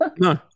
No